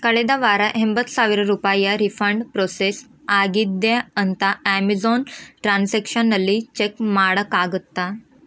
ಕಳೆದ ವಾರ ಎಂಬತ್ತು ಸಾವಿರ ರೂಪಾಯಿಯ ರಿಫಂಡ್ ಪ್ರೋಸೆಸ್ ಆಗಿದೆಯ ಅಂತ ಆಮೆಝೋನ್ ಟ್ರಾನ್ಸೆಕ್ಷನಲ್ಲಿ ಚೆಕ್ ಮಾಡೋಕ್ಕಾಗುತ್ತ